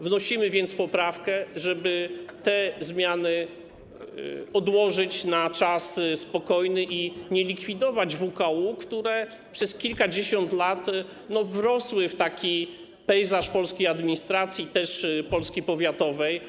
Wnosimy więc poprawkę, żeby te zmiany odłożyć na spokojny czas i nie likwidować WKU, które przez kilkadziesiąt lat wrosły w pejzaż polskiej administracji i Polski powiatowej.